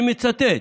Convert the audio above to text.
אני מצטט: